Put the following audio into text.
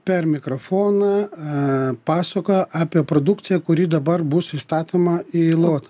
per mikrofoną a pasakoja apie produkciją kuri dabar bus įstatoma į lot